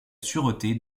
sûreté